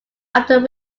often